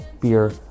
beer